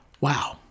Wow